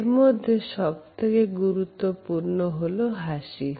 এরমধ্যে সবথেকে গুরুত্বপূর্ণ হল হাসি